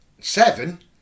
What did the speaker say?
Seven